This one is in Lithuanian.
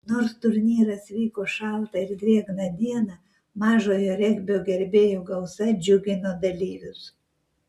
nors turnyras vyko šaltą ir drėgną dieną mažojo regbio gerbėjų gausa džiugino dalyvius